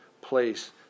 place